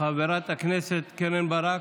חברת הכנסת קרן ברק,